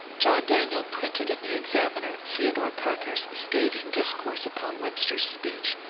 john daniel printed in the examiner theodore parker's scathing discourse upon web ster's speech,